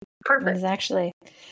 Perfect